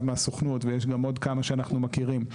מהסוכנות ויש גם עוד כמה שאנחנו מכירים,